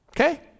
Okay